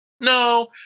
No